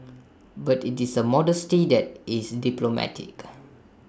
but IT is A modesty that is diplomatic